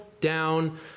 down